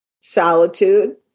solitude